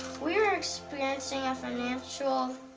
we are experiencing a financial.